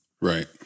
Right